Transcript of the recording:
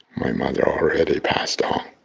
my mother already passed on.